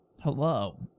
Hello